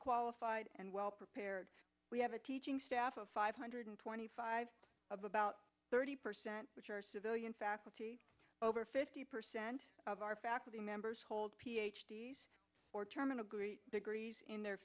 qualified and well prepared we have a teaching staff of five hundred twenty five of about thirty percent which are civilian faculty over fifty percent of our faculty members hold p h d or term in a great degree in their